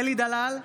אלי דלל,